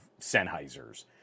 Sennheisers